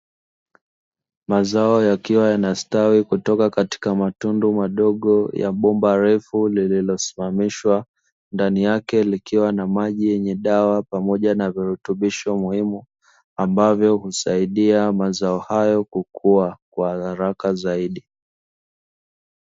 Mazao yakiwa yanastawi kutoka katika matundu madogo ya bomba refu lililosimamishwa, ndani yake likiwa na maji yenye dawa pamoja na virutubisho muhimu ambavyo husaidia mazao hayo kukua kwa haraka zaidi.